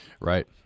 Right